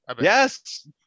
yes